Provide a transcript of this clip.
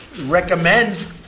recommend